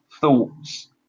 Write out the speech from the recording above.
thoughts